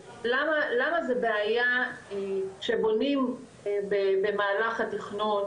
למה זה בעיה שבונים במהלך התכנון,